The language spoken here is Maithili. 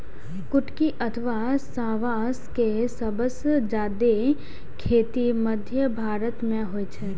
कुटकी अथवा सावां के सबसं जादे खेती मध्य भारत मे होइ छै